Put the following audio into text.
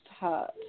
hurt